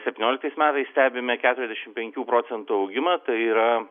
septynioliktais metais stebime keturiasdešimt penkių procentų augimą tai yra